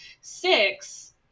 six